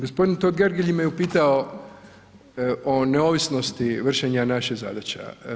Gospodin Totgergeli me upitao o neovisnosti vršenja naših zadaća.